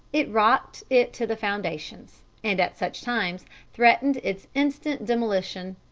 it rocked it to the foundations, and, at such times, threatened its instant demolition.